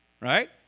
Right